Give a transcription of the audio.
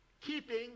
keeping